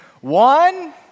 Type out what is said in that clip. One